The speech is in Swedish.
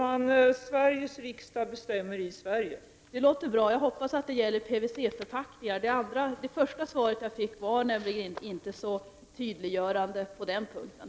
Herr talman! Det låter bra. Jag hoppas att det också gäller beträffande PVC-förpackningar. Det första svaret som jag fick var nämligen inte så tydliggörande på den punkten.